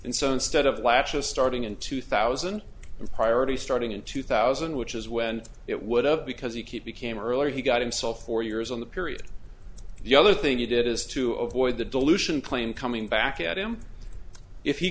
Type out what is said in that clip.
and so instead of latches starting in two thousand and priority starting in two thousand which is when it would have because you keep became early he got himself four years on the period the other thing he did is to avoid the dilution plane coming back at him if he